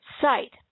site